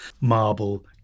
marble